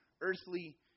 earthly